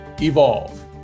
evolve